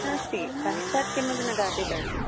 नास्ति बहिस्थात् किमपि न खादितवती